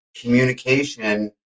communication